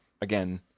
Again